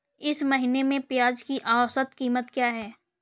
इस महीने में प्याज की औसत कीमत क्या है?